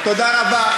תודה רבה.